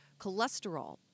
cholesterol